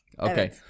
Okay